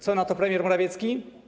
Co na to premier Morawiecki?